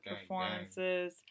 performances